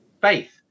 faith